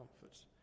comfort